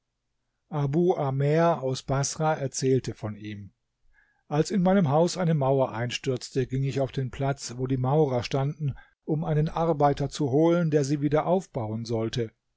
amer aus baßrah erzählt von ihm als in meinem haus eine mauer einstürzte ging ich auf den platz wo die maurer standen um einen arbeiter zu holen der sie wieder aufbauen sollte